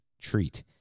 treat